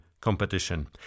competition